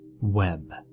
web